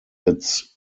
its